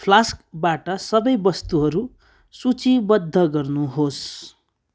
फ्लास्कबाट सबै वस्तुहरू सूचिबद्ध गर्नुहोस्